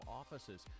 offices